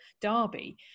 derby